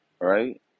right